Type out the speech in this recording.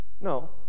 No